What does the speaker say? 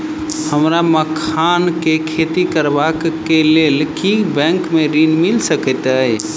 हमरा मखान केँ खेती करबाक केँ लेल की बैंक मै ऋण मिल सकैत अई?